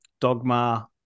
Dogma